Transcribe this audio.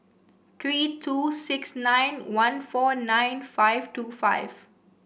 three two six nine one four nine five two five